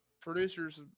producers